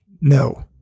No